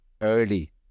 early